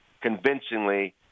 convincingly